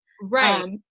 right